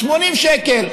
80 שקל.